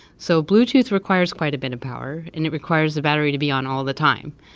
so bluetooth requires quite a bit of power and it requires a battery to be on all of the time.